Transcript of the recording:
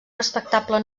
respectable